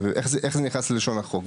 איך זה נכנס ללשון החוק.